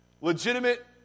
legitimate